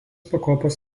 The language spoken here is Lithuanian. pakopos